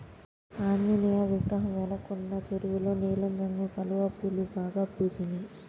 ఆంజనేయ విగ్రహం వెనకున్న చెరువులో నీలం రంగు కలువ పూలు బాగా పూసినియ్